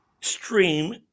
stream